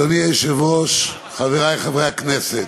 אדוני היושב-ראש, חברי חברי הכנסת,